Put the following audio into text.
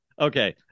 Okay